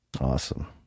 Awesome